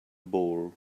ball